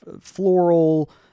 floral